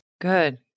Good